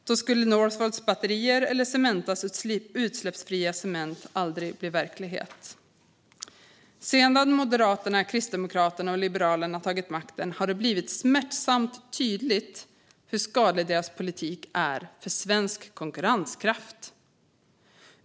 Då skulle Northvolts batterier eller Cementas utsläppsfria cement aldrig bli verklighet. Sedan Moderaterna, Kristdemokraterna och Liberalerna tagit makten har det blivit smärtsamt tydligt hur skadlig deras politik är för svensk konkurrenskraft.